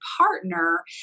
partner